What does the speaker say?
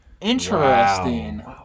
Interesting